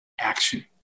action